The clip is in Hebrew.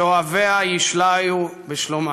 זו שאוהביה ישאלו שלומה.